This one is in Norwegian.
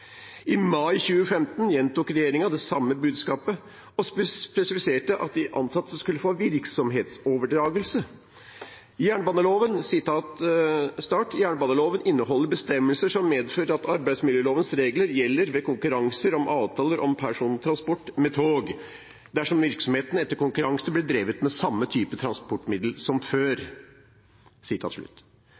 I mai 2015 gjentok regjeringen det samme budskapet og spesifiserte at de ansatte skulle få virksomhetsoverdragelse. «Jernbaneloven inneholder bestemmelser som medfører at arbeidsmiljølovens regler gjelder ved konkurranser om avtaler om persontransport med tog, dersom virksomheten etter konkurranse blir drevet med samme type transportmiddel som før.»